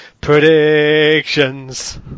Predictions